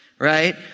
Right